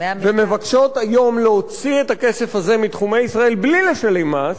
ומבקשות היום להוציא את הכסף הזה מתחומי ישראל בלי לשלם מס.